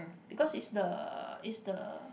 because it's the it's the